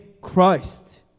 Christ